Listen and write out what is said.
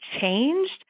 changed